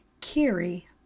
Kiri